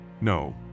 No